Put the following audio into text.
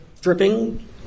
dripping